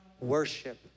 worship